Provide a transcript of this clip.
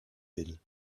will